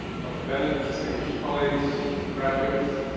dr. bennett, distinguished colleagues, graduates,